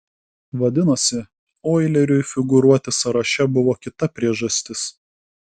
vadinasi oileriui figūruoti sąraše buvo kita priežastis